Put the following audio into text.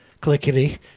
Clickety